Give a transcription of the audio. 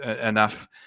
enough